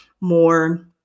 more